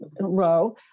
row